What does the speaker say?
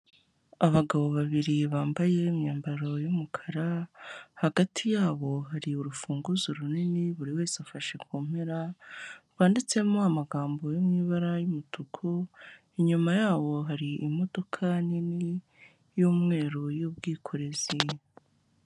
Abagabo babiri bambaye imyambaro y'umukara, hagati yabo hari urufunguzo runini buri wese afashe ku mpera, rwanditsemo amagambo yo mu ibara y'umutuku, inyuma yabo hari imodoka nini y'umweru y'ubwikorezi.